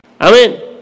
Amen